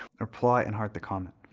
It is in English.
reply and heart the comment.